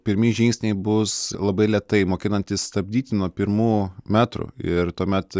pirmi žingsniai bus labai lėtai mokinantis stabdyti nuo pirmų metrų ir tuomet